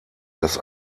dass